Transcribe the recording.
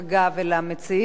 אז אנחנו נבקש,